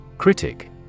Critic